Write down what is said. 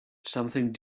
something